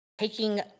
taking